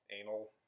Anal